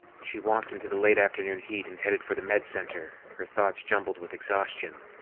she walked into the late-afternoon heat and headed for the med center, her thoughts jumbled with exhaustion.